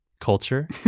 culture